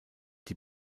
die